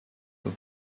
from